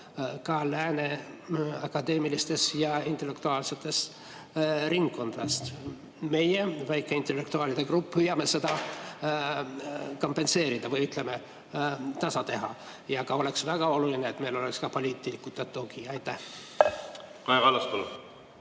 ka lääne akadeemilistes ja intellektuaalsetes ringkondades aru. Meie, väike intellektuaalide grupp, püüame seda kompenseerida või tasa teha ja oleks väga oluline, et meil oleks ka poliitikute tugi. Aitäh!